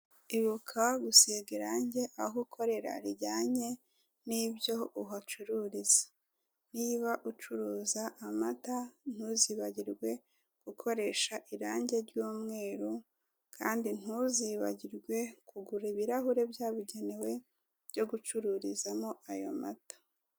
Ibuka gusiga irangi aho ukorera rijyanye n'ibyo uhacururiza. Niba ucuruza amata, ntuzibagirwe gukoresha irangi ry'umweru kandi ntuzibagirwe kugura ibirahuri byabugenewe byo gucururizamo ayo mata.